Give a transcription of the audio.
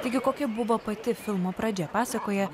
taigi kokia buvo pati filmo pradžia pasakoja